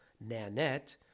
Nanette